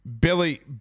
Billy